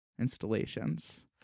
installations